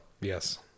Yes